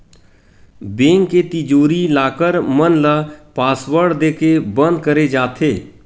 bank के तिजोरी, locker मन ल पासवर्ड देके बंद करे जाथे